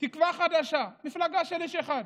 תקווה חדשה, מפלגה של איש אחד.